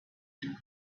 him